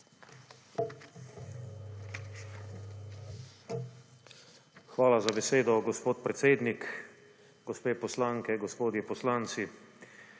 Hvala za besedo, gospod podpredsednik. Gospe poslanke, gospodje poslanci!